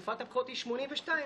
אוקיי,